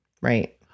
Right